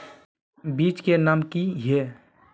बीज के नाम की हिये?